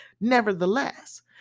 Nevertheless